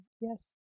Yes